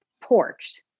porch